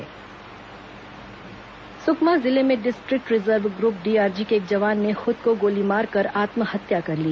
जवान आत्महत्या सुकमा जिले में डिस्ट्रिक्ट रिजर्व ग्रूप डीआरजी के एक जवान ने खुद को गोली मारकर आत्महत्या कर ली